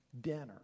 dinner